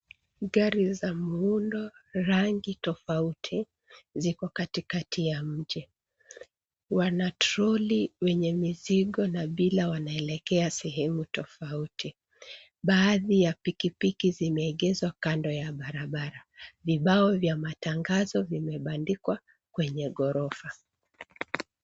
Gari za muundo, rangi tofauti ziko katikati ya mji. Wanatroli wenye mizigo na bila wanaelekea sehemu tofauti. Baadhi ya pikipiki zimeegezwa kando ya barabara. Vibao vya matangazo vimebandikwa kwenye ghorofa.